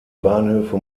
bahnhöfe